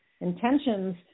Intentions